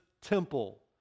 temple